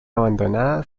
abandonada